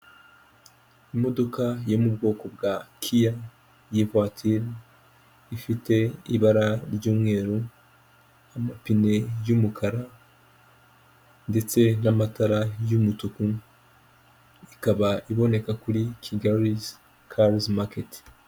imodoka yo mu bwoko bwa KIA y'ivature ifite ibara ry'umweru, amapine y'umukara ndetse n'amatara y'umutuku ikaba iboneka kuri kigali's cars market